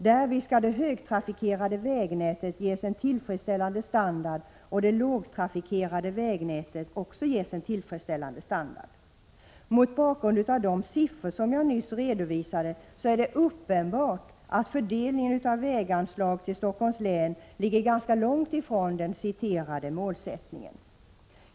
Därvid skall såväl det högtrafikerade vägnätets standard anpassas till trafikutvecklingen som det lågtrafikerade vägnätet ges en tillfredsställande standard.” Mot bakgrund av de siffror jag nyss redovisade är det uppenbart att fördelningen av väganslag till Stockholms län ligger ganska långt ifrån den citerade målsättningen.